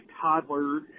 toddler